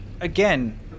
again